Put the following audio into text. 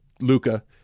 Luca